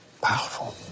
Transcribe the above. Powerful